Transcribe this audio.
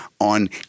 on